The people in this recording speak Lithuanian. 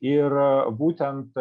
ir būtent